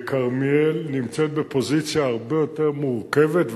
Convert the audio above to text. וכרמיאל נמצאת בפוזיציה הרבה יותר מורכבת.